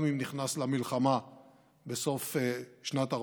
גם אם נכנס למלחמה בסוף שנת 1941,